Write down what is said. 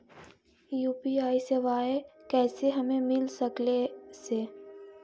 UPI सेवाएं कैसे हमें मिल सकले से?